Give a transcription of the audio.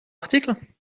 article